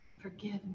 Forgive